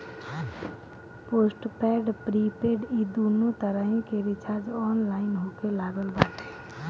postpaid prepaid इ दूनो तरही के रिचार्ज ऑनलाइन होखे लागल बाटे